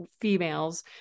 females